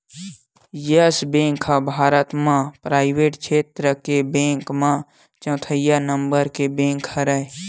yes Bank ह भारत म private छेत्र के बेंक म चउथइया नंबर के बेंक हरय